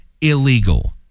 illegal